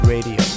Radio